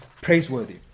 praiseworthy